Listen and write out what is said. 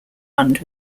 fund